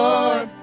Lord